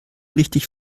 richtig